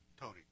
Tony